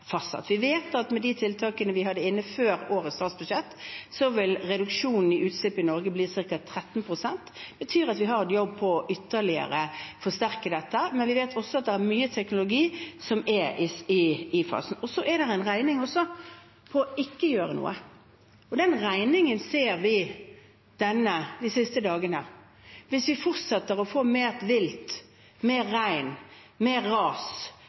fastsatt. Vi vet at med de tiltakene vi hadde inne før årets statsbudsjett, vil reduksjonen i utslipp i Norge bli ca. 13 pst. Det betyr at vi har en jobb å gjøre for ytterligere å forsterke dette, men vi vet også at det er mye teknologi som er i startfasen. Så er det også en regning på ikke å gjøre noe, og den regningen ser vi de siste dagene. Hvis vi fortsetter å få mer vilt vær – mer regn, flere ras